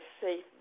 safe